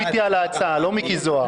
מיקי לוי חתום אתי על ההצעה, לא מיקי זוהר.